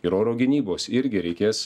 ir oro gynybos irgi reikės